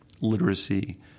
literacy